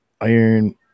iron